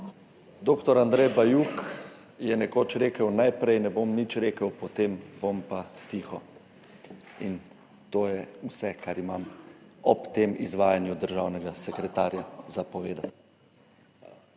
Dr. Andrej Bajuk je nekoč rekel: »Najprej ne bom nič rekel, potem bom pa tiho.« In to je vse, kar imam ob tem izvajanju državnega sekretarja povedati.